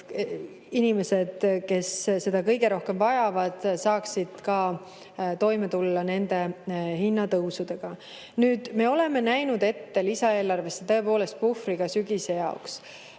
inimesed, kes seda kõige rohkem vajavad, saaksid ka toime tulla nende hinnatõusudega. Nüüd, me oleme näinud ette lisaeelarvesse tõepoolest puhvri ka sügise jaoks.